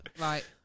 right